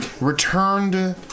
returned